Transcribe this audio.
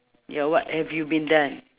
ya what have you been done